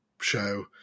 show